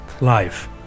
Life